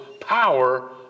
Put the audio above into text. power